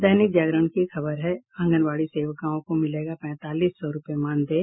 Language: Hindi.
दैनिक जागरण की खबर है आंगनबाड़ी सेविकाओं को मिलेगा पैंतालीस सौ रूपये मानदेय